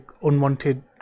unwanted